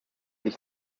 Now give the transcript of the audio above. sich